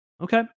Okay